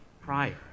prior